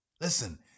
Listen